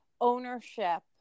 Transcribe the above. ownership